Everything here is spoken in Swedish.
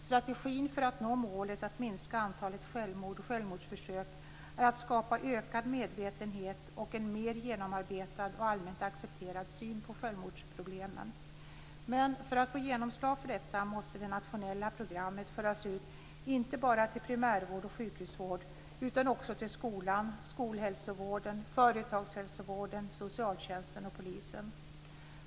Strategin för att nå målet att minska antalet självmord och självmordsförsök är att skapa ökad medvetenhet och en mer genomarbetad och allmänt accepterad syn på självmordsproblemen. Men för att få genomslag för detta måste det nationella programmet föras ut inte bara till primärvård och sjukhusvård utan också till skolan, skolhälsovården, företagshälsovården, socialtjänsten och polisen.